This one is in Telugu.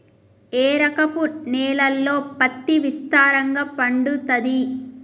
ఏ రకపు నేలల్లో పత్తి విస్తారంగా పండుతది?